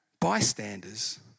bystanders